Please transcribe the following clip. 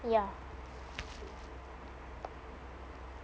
ya